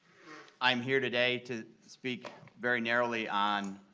i'm here today to speak very narrowly on